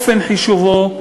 אופן חישובו,